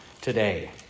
today